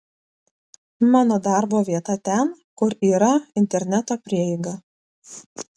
mano darbo vieta ten kur yra interneto prieiga